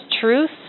truth